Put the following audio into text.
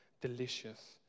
delicious